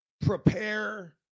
prepare